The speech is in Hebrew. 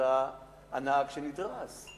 הנהג שנדרס,